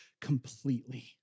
completely